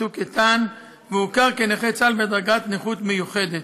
צוק איתן, והוכר כנכה צה"ל בדרגת נכות מיוחדת.